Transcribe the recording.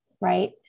Right